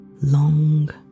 long